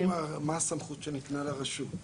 השאלה היא מה הסמכות שניתנה לרשות.